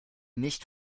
nicht